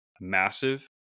massive